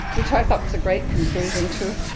which i thought was a great conclusion to